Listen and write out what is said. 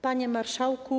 Panie Marszałku!